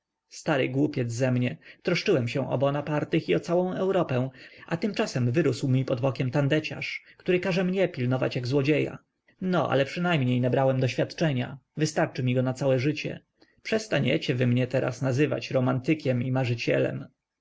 stary głupiec ze mnie troszczyłem się o bonapartych i o całą europę a tymczasem wyrósł mi pod bokiem tandeciarz który każe mnie pilnować jak złodzieja no ale przynajmniej nabrałem doświadczenia wystarczy mi go na całe życie przestaniecie wy mnie teraz nazywać romantykiem i